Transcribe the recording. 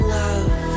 love